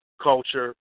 culture